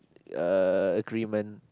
uh agreement